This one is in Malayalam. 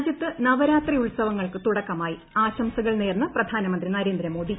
രാജ്യത്ത് നവരാത്രി ഉത്സവങ്ങൾക്കു തുടക്കമായി ആശംസകൾ നേർന്ന് പ്രധാനമന്ത്രി നരേന്ദ്രമോദി